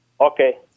Okay